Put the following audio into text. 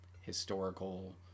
historical